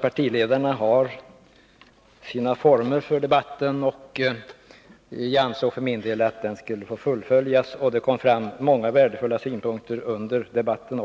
Partiledarna har sina former för debatter, och jag ansåg för min del att de skulle få fullföljas. Det kom fram många värdefulla synpunkter också under den debatten.